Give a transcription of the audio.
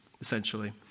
essentially